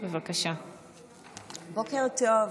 בוקר טוב.